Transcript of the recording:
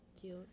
cute